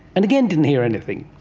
and again didn't hear anything.